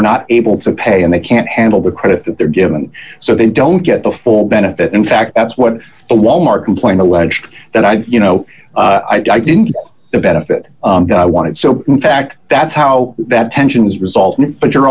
are not able to pay and they can't handle the credit they're given so they don't get the full benefit in fact that's what a wal mart complaint alleged that i'm you know i didn't get the benefit i wanted so in fact that's how that tension was resolved but you